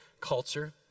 culture